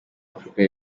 afurika